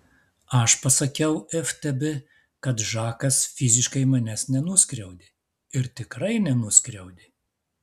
aš pasakiau ftb kad žakas fiziškai manęs nenuskriaudė ir tikrai nenuskriaudė